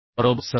बरोबर 37